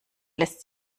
lässt